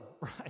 right